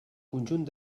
conjunt